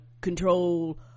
control